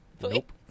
Nope